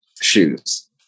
Shoes